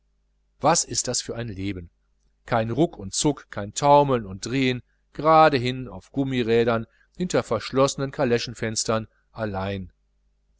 was ist das für ein leben kein ruck und zuck kein taumeln und drehen geradehin auf gummirädern hinter verschlossenen kaleschenfenstern allein